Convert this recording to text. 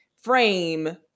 frame